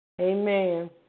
Amen